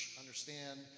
understand